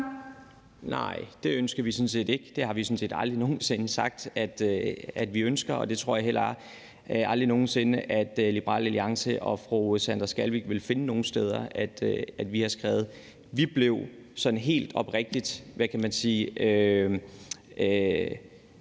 Nej, det ønsker vi sådan set ikke. Det har vi sådan set aldrig nogen sinde sagt at vi ønsker, og det tror jeg heller aldrig nogen sinde at Liberal Alliance og fru Sandra Elisabeth Skalvig vil finde nogle steder at vi har skrevet. Vi blev sådan helt oprigtigt, hvad kan man sige,